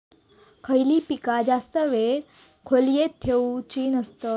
खयली पीका जास्त वेळ खोल्येत ठेवूचे नसतत?